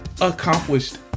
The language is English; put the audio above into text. accomplished